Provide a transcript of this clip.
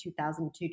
2002